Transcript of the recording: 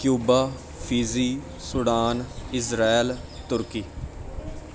Cuba Fiji Sudan Israel turkey